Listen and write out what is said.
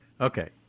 Okay